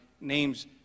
names